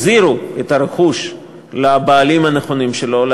החזירו את הרכוש לבעלים הנכונים שלו,